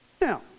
Now